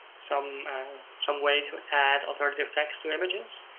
some some way to add alternative text to images.